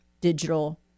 digital